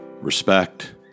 respect